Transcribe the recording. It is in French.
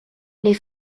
les